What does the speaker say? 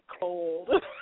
cold